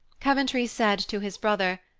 coventry said to his brother,